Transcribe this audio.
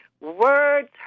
words